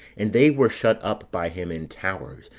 and they were shut up by him in towers,